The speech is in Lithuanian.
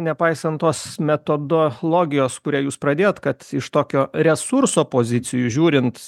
nepaisant tos metodologijos kurią jūs pradėjot kad iš tokio resurso pozicijų žiūrint